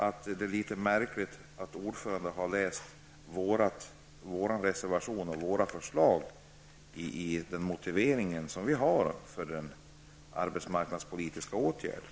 Mot den bakgrunden tycker jag att ordförandens behandling av vår reservation och av våra förslag är litet märklig när det gäller vår motivering till arbetsmarknadspolitiska åtgärder.